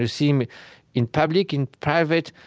you see him in public, in private,